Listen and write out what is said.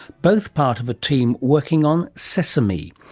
both part of a team working on sesame,